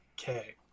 Okay